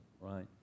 right